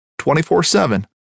24-7